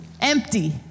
empty